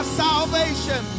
salvation